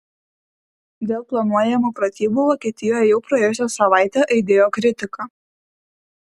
dėl planuojamų pratybų vokietijoje jau praėjusią savaitę aidėjo kritika